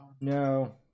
No